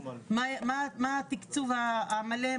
מה התקצוב המלא,